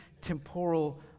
temporal